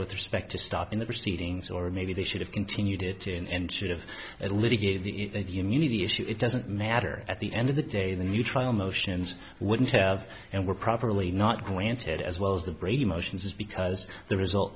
with respect to stopping the proceedings or maybe they should have continued to and sort of litigate the immunity issue it doesn't matter at the end of the day the new trial motions wouldn't have and were properly not pointed as well as the brady motions because the result